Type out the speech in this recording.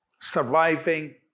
surviving